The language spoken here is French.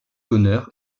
d’honneur